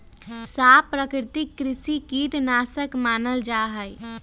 सांप प्राकृतिक कृषि कीट नाशक मानल जा हई